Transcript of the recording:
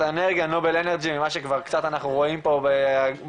האנרגיה נובל אנרג'י מה שכבר קצת אנחנו רואים פה בגוגל,